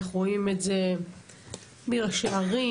אנחנו רואים את זה מראשי ערים,